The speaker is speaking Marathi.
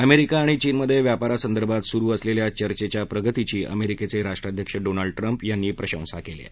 अमेरिका आणि चीनमध्ये व्यापारासंदर्भात सुरु असलेल्या चर्चेच्या प्रगतीची अमरीकेचे राष्ट्राध्यक्ष डोनल्ड ट्रम्प यांनी प्रशंसा केली आहे